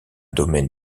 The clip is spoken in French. domaine